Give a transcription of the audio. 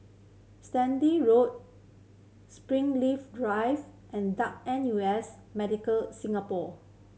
Sturdee Road Springleaf Drive and Duke N U S Medical Singapore